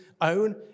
own